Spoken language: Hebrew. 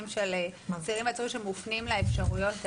של אסירים או עצורים שמופנים לאפשרויות האלה.